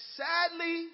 sadly